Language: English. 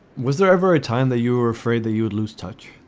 was there ever a time that you were afraid that you'd lose touch?